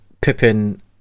Pippin